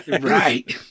right